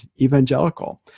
evangelical